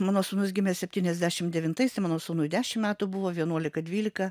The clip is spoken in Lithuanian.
mano sūnus gimė septyniasdešimt devintais tai mano sūnui dešim metų buvo vienuolika dvylika